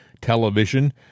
television